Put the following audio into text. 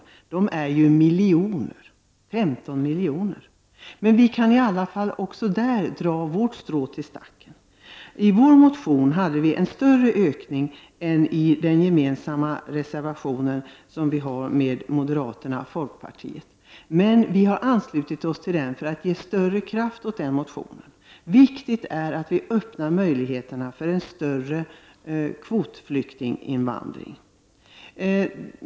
Antalet sådana flyktingar uppgår till 15 miljoner. Vi kan här dra vårt strå till stacken. I vår motion föreslår vi en större ökning än som nu föreslås i den reservation som vi har gemensamt med moderata samlingspartiet och folkpartiet. Vi har emellertid anslutit oss till den reservationen för att ge större kraft åt detta krav. Viktigt är att vi öppnar möjligheterna för en större kvot flyktinginvandring.